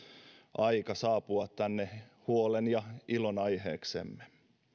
aika saapua tänne huolen ja ilon aiheeksemme